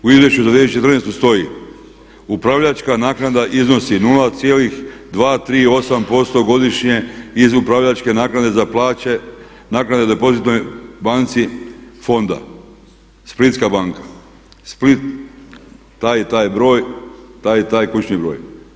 U Izvješću za 2014. stoji upravljačka naknada iznosi 0,238% godišnje iz upravljačke naknade za plaće, naknade za poslovanje banci fonda, Splitska banka, Split taj i taj broj, taj i taj kućni broj.